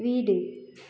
வீடு